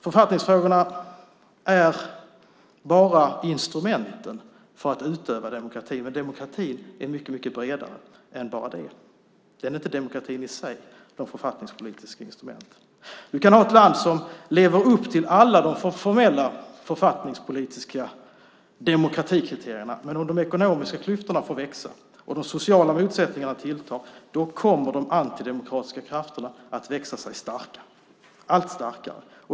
Författningsfrågorna är bara instrumenten för att utöva demokrati, men demokrati är mycket mer än så. De författningspolitiska instrumenten är inte demokratin i sig. Man kan ha ett land som lever upp till alla de formella författningspolitiska demokratikriterierna, men om de ekonomiska klyftorna får växa och de sociala motsättningarna tillta kommer de antidemokratiska krafterna att växa sig allt starkare.